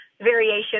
variation